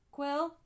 Quill